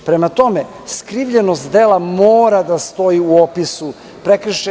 Prema tome, skrivljenost dela mora da stoji u opisu prekršaja.